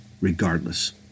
regardless